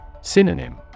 Synonym